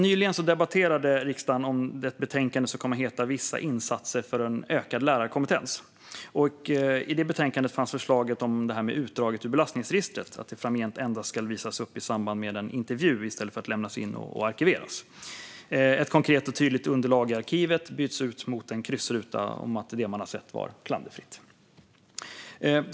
Nyligen debatterade riksdagen det betänkande som kom att heta Vissa insatser för ökad l ärarkompetens . I det betänkandet fanns förslaget om att utdrag ur belastningsregistret framgent endast ska visas upp i samband med en intervju i stället för att lämnas in och arkiveras. Ett konkret och tydligt underlag i arkivet byts ut mot en kryssruta om att det man sett var klanderfritt.